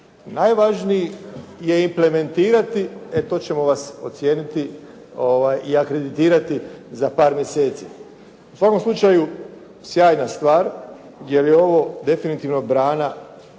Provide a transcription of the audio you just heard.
najvažniji je implementirati, e to ćemo vas ocijeniti i akreditirati za par mjeseci. U svakom slučaju sjajna stvar jer je ovo definitivno brana lošim